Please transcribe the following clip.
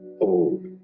Old